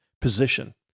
position